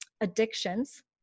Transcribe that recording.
addictions